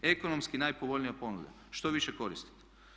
Ekonomski najpovoljnija ponuda što više koristit.